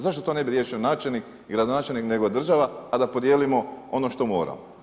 Zašto to ne bi riješio načelnik, gradonačelnik nego država, a da podijelimo ono što moramo.